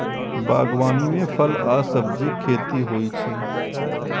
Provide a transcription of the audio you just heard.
बागवानी मे फल आ सब्जीक खेती होइ छै